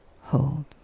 hold